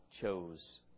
chose